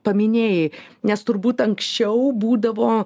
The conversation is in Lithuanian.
paminėjai nes turbūt anksčiau būdavo